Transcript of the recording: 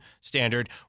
standard